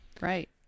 right